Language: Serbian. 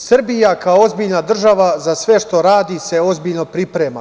Srbija kao ozbiljna država za sve što radi se ozbiljno priprema.